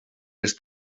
les